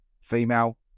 female